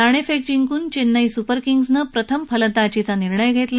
नाणेफेक जिंकून चेन्नई सुपर किंग्जनं प्रथम फलंदाजीचा निर्णय घेतला